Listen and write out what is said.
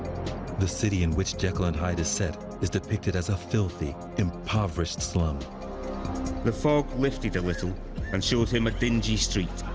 the city in which jekyll and hyde is set is depicted as a filthy, impoverished slum. stevenson the fog lifted a little and showed him a dingy street,